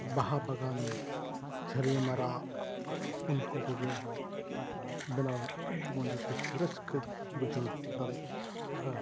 ᱵᱟᱦᱟ ᱵᱟᱜᱟᱱ ᱡᱷᱟᱹᱞᱤᱭᱟᱹ ᱢᱟᱨᱟᱜ ᱩᱱᱠᱩ ᱠᱚᱜᱮ ᱵᱮᱱᱟᱣ ᱨᱮᱱᱟᱜ ᱟᱹᱰᱤ ᱢᱚᱡᱽ ᱠᱩᱥᱤ ᱨᱟᱹᱥᱠᱟᱹᱧ ᱵᱩᱡᱷᱟᱹᱣ ᱫᱟᱲᱮᱭᱟᱜᱼᱟ